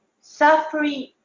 Suffering